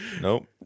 Nope